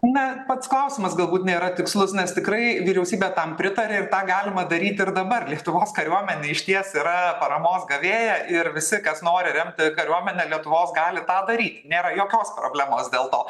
na pats klausimas galbūt nėra tikslus nes tikrai vyriausybė tam pritarė ir tą galima daryt ir dabar lietuvos kariuomenė išties yra paramos gavėja ir visi kas nori remti kariuomenę lietuvos gali tą daryti nėra jokios problemos dėl to